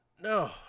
No